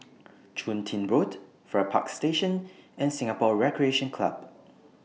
Chun Tin Road Farrer Park Station and Singapore Recreation Club